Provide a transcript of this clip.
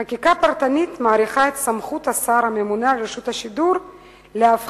חקיקה פרטנית מאריכה את סמכות השר הממונה על רשות השידור להפחית